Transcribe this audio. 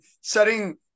setting